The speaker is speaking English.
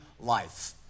life